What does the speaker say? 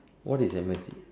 what is M_S_G